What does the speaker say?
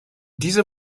dieser